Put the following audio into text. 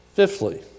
Fifthly